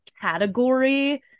category